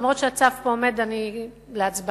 אף שהצו עומד להצבעה,